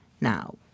now